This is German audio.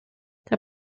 herr